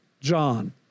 John